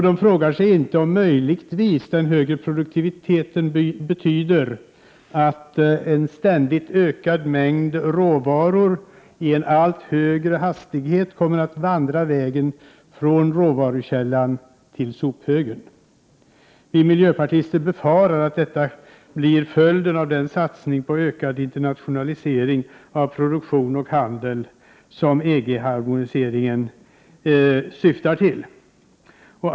De frågar sig aldrig om den högre produktiviteten möjligtvis betyder att en ständigt ökad mängd råvaror i en allt högre hastighet kommer att vandra vägen från råvarukällan till sophögen. Vi miljöpartister befarar att detta blir följden av den satsning på ökad internationalisering av produktion och handel som EG-harmoniseringen syftar till.